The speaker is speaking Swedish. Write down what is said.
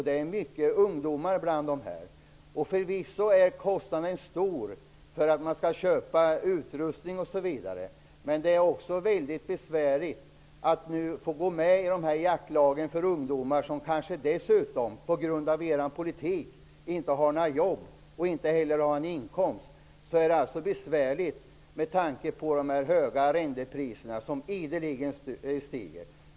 Det finns många ungdomar bland dessa. Förvisso är kostnaden för att köpa utrustning osv. stor. Men det är också mycket besvärligt för ungdomar som på grund av er politik kanske inte har något jobb och inte heller någon inkomst, att gå med i jaktlagen, på grund av de höga arrendepriserna som ideligen stiger.